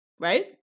right